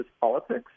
politics